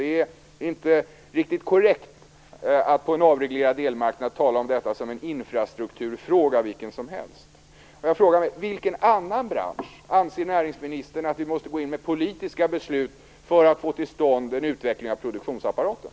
Det är inte riktigt korrekt att på en avreglerad elmarknad tala om detta som infrastrukturfråga vilken som helst. Jag frågar mig: Inom vilken annan bransch anser näringsministern att vi måste gå in med politiska beslut för att få till stånd en utveckling av produktionsapparaten?